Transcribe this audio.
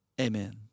amen